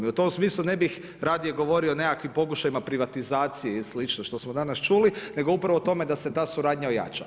I u tom smislu ne bih radije govorio o nekakvim pokušajima privatizacije i slično što smo danas čuli, nego upravo o tome da se ta suradnja ojača.